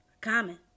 common